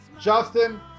Justin